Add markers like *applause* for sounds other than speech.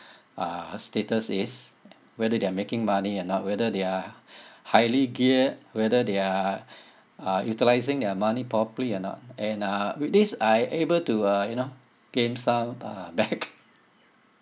uh status is whether they're making money or not whether they're *breath* highly geared whether they're uh utilising their money properly or not and uh with this I able to uh you know gain some uh back